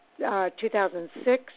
2006